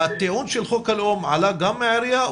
הטיעון של חוק הלאום עלה גם מהעירייה?